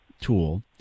tool